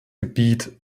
gebiet